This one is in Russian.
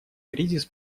кризис